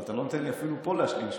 אבל אתה לא נותן לי אפילו פה להשלים משפט.